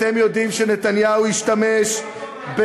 אתם יודעים שנתניהו השתמש,